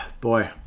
Boy